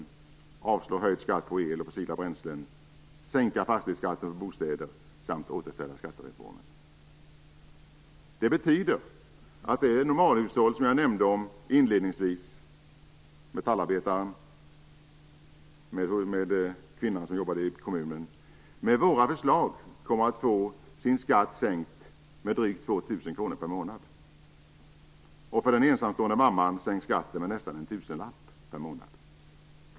Vi vill att förslag om höjd skatt på el och fossila bränslen avslås. Vi vill sänka fastighetsskatten för bostäder samt återställa skattereformen. Detta betyder att det normalhushåll som jag inledningsvis talade om - Metallarbetaren, vars kvinna jobbar i kommunen - med våra förslag kommer att få sin skatt sänkt med drygt 2 000 kr per månad. För en ensamstående mamma sänks skatten med nästan en tusenlapp per månad.